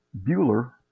Bueller